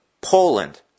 Poland